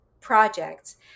projects